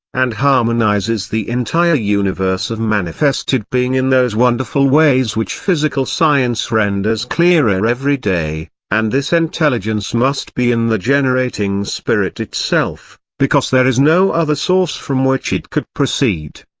and harmonises the entire universe of manifested being in those wonderful ways which physical science renders clearer every day and this intelligence must be in the generating spirit itself, because there is no other source from which it could proceed.